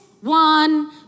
one